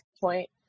point